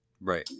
Right